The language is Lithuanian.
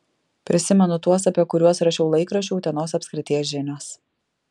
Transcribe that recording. prisimenu tuos apie kuriuos rašiau laikraščiui utenos apskrities žinios